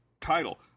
title